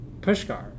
Pushkar